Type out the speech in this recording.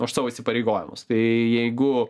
už savo įsipareigojimus tai jeigu